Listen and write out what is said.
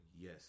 Yes